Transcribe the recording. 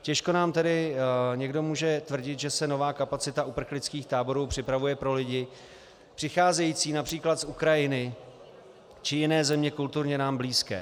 Těžko nám tedy někdo může tvrdit, že se nová kapacita uprchlických táborů připravuje pro lidi přicházející např. z Ukrajiny či jiné země kulturně nám blízké.